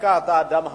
דווקא אתה אדם הגון,